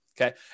Okay